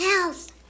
house